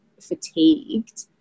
fatigued